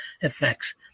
effects